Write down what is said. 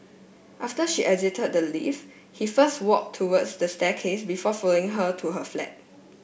after she exited the lift he first walked towards the staircase before following her to her flat